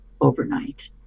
overnight